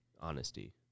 Honesty